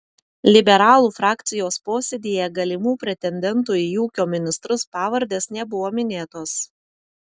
liberalų frakcijos posėdyje galimų pretendentų į ūkio ministrus pavardės nebuvo minėtos